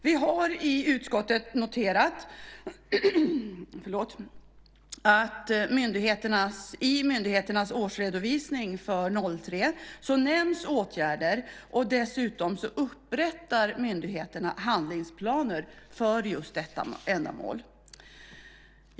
Vi har i utskottet noterat att åtgärder nämns i myndigheternas årsredovisningar för 2003, och dessutom upprättar myndigheterna handlingsplaner för just detta ändamål.